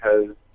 because-